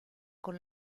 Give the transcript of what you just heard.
con